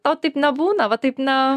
tau taip nebūna va taip na